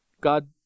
God